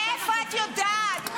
מאיפה את יודעת?